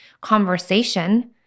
conversation